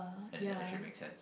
and it actually make sense